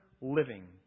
living